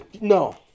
No